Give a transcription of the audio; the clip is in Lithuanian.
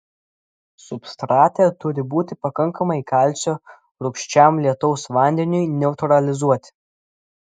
substrate turi būti pakankamai kalcio rūgščiam lietaus vandeniui neutralizuoti